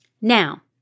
Now